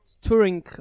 touring